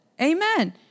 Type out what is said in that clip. Amen